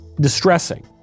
distressing